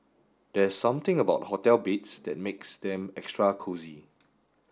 there's something about hotel beds that makes them extra cosy